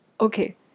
Okay